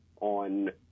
on